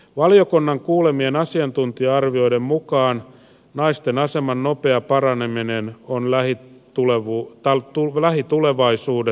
valiokunnan kuulemien asiantuntija arvioiden mukaan naisten aseman nopea paraneminen on lähitulevaisuudessa epätodennäköistä